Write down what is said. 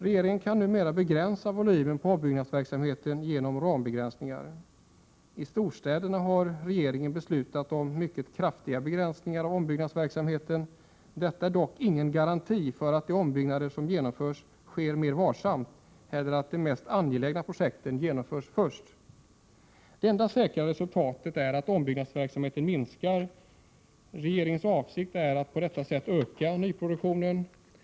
Regeringen kan numera begränsa volymen på ombyggnadsverksamheten genom rambegränsningar. Vad storstäderna beträffar har regeringen beslutat om mycket kraftiga begränsningar av ombyggnadsverksamheten. Detta är dock ingen garanti för att de ombyggnader som genomförs sker mer varsamt eller att de mest angelägna projekten genomförs först. Det enda säkra resultatet är att ombyggnadsverksamheten minskar. Regeringens avsikt är att på detta sätt öka nyproduktionen.